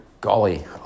golly